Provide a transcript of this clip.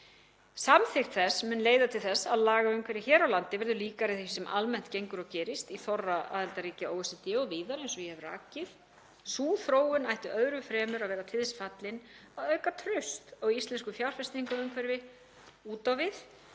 Samþykkt þess mun leiða til þess að lagaumhverfi hér á landi verður líkara því sem almennt gengur og gerist í þorra aðildarríkja OECD og víðar eins og ég hef rakið. Sú þróun ætti öðru fremur að vera til þess fallin að auka traust á íslensku fjárfestingarumhverfi út á við,